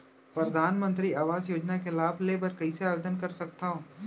परधानमंतरी आवास योजना के लाभ ले बर कइसे आवेदन कर सकथव?